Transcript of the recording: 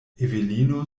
evelino